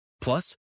Plus